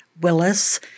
Willis